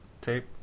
tape